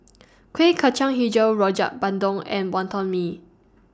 Kuih Kacang Hijau Rojak Bandung and Wonton Mee